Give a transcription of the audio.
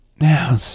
Now